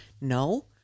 no